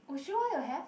would you want to have